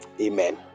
Amen